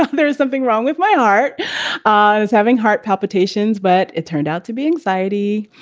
um there is something wrong with my heart i was having heart palpitations, but it turned out to be anxiety.